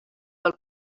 del